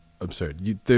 absurd